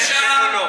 כן או לא?